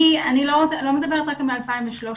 אני לא מדברת רק מ-2013